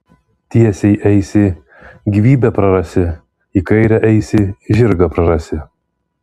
tiesiai eisi gyvybę prarasi į kairę eisi žirgą prarasi